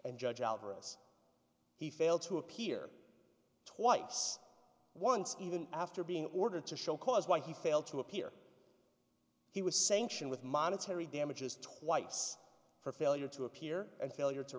and judge alvarez he failed to appear twice once even after being ordered to show cause why he failed to appear he was sanctioned with monetary damages twice for failure to appear and failure to